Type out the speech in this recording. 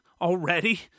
already